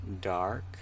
dark